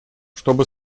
чтобы